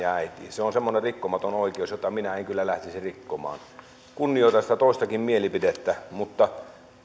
se on semmoinen rikkomaton oikeus jota minä en kyllä lähtisi rikkomaan kunnioitan sitä toistakin mielipidettä mutta